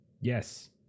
Yes